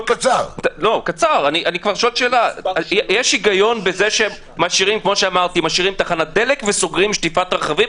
יש היגיון בזה שמשאירים תחנת דלק וסוגרים שטיפת רכבים?